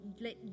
let